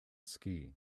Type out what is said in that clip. ski